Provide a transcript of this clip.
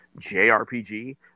JRPG